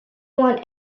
want